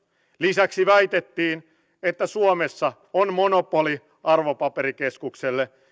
lisäksi väitettiin että suomessa on monopoli arvopaperikeskuksella